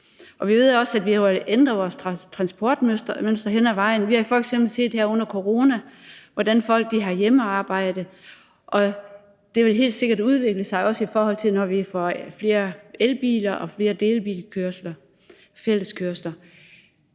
Vi ved også, at vi jo har ændret vores transportmønstre hen ad vejen. Vi har f.eks. set under coronaen, at folk har hjemmearbejde, og det vil helt sikkert udvikle sig, også i forhold til når vi får flere elbiler